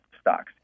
stocks